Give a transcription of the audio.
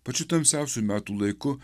pačiu tamsiausiu metų laiku